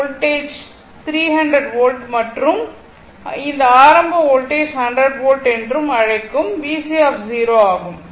voltage 300 volt மற்றும் இந்த ஆரம்ப வோல்டேஜ் 100 வோல்ட் என்று அழைக்கும் VC ஆகும்